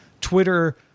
Twitter